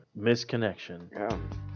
Misconnection